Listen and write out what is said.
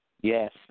Yes